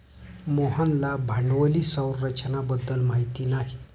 मोहनला भांडवली संरचना बद्दल माहिती नाही